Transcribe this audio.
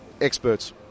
experts